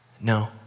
No